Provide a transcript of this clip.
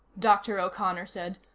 dr. o'connor said,